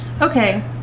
Okay